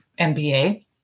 MBA